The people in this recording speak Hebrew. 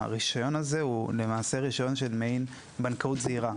הרישיון הזה הוא למעשה רישיון של מעין בנקאות זעירה.